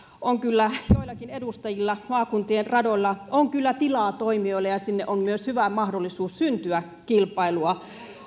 on kyllä joillakin edustajilla maakuntien radoilla on kyllä tilaa toimijoille ja sinne on myös hyvä mahdollisuus syntyä kilpailua